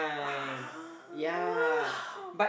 ah